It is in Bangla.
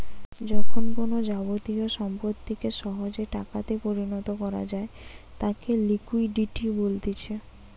যখন কোনো যাবতীয় সম্পত্তিকে সহজে টাকাতে পরিণত করা যায় তাকে লিকুইডিটি বলতিছে